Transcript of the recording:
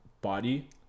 body